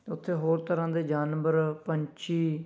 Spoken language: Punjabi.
ਉਥੇ ਹੋਰ ਤਰ੍ਹਾਂ ਦੇ ਜਾਨਵਰ ਪੰਛੀ